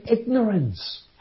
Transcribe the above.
ignorance